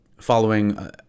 following